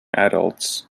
adults